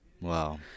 Wow